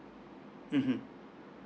mmhmm